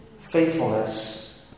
Faithfulness